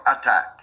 attack